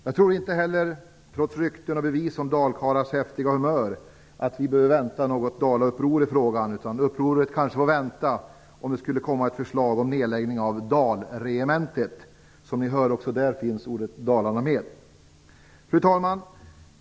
Jag tror inte, trots rykten om och bevis för dalkarlars häftiga humör, att vi behöver vänta oss något dalauppror i frågan. Upproret kanske får vänta tills det eventuellt kommer ett förslag om nedläggning av Dalregementet. Som ni hör finns dalanamnet med också här. Fru talman!